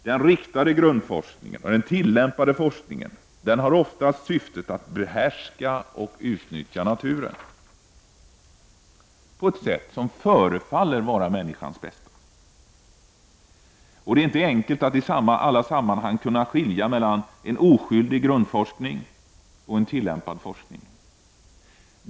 Den ”riktade grundforskningen” och den tillämpade forskningen har oftast syftet att behärska och utnyttja naturen på ett sätt som förefaller vara för människans bästa. Det är inte enkelt att i alla sammanhang skilja mellan en oskyldig grundforskning och en tillämpad forskning.